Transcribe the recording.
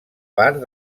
part